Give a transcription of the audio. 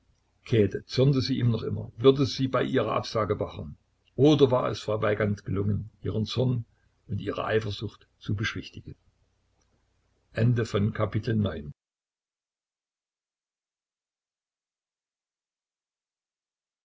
käthe zürnte sie ihm noch immer würde sie bei ihrer absage beharren oder war es frau weigand gelungen ihren zorn und ihre eifersucht zu beschwichtigen